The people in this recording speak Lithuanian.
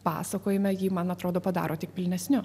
pasakojime jį man atrodo padaro tik pilnesniu